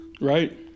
Right